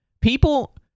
People